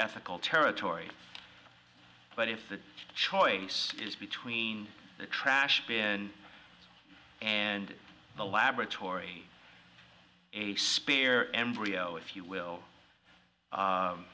ethical territory but if the choice is between the trash bin and the laboratory a spare embryo if you will